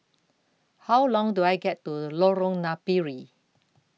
How Long Do I get to Lorong Napiri